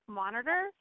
monitor